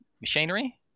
machinery